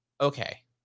okay